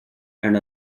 and